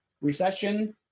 recession